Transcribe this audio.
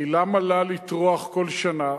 כי למה לה לטרוח כל שנה?